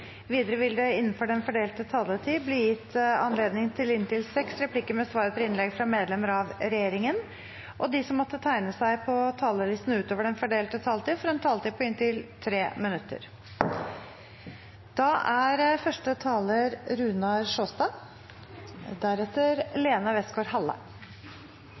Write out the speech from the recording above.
Videre vil det – innenfor den fordelte taletid – bli gitt anledning til inntil seks replikker med svar etter innlegg fra medlemmer av regjeringen, og de som måtte tegne seg på talerlisten utover den fordelte taletid, får også en taletid på inntil 3 minutter.